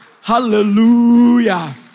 Hallelujah